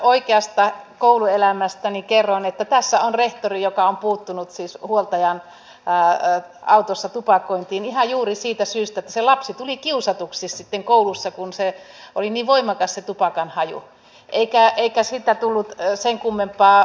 oikeasta kouluelämästäni kerron että tässä on rehtori joka siis on puuttunut huoltajan autossa tupakointiin ihan juuri siitä syystä että se lapsi tuli kiusatuksi koulussa kun se tupakan haju oli niin voimakas eikä siitä tullut sen kummempaa